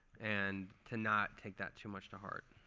and to not take that too much to heart.